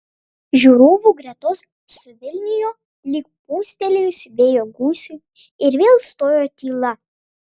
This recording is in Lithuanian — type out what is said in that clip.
žiūrovų gretos suvilnijo lyg pūstelėjus vėjo gūsiui ir vėl stojo tyla